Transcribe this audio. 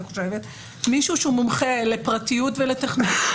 אני חושבת מישהו שהוא מומחה לפרטיות ולטכנולוגיה,